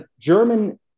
German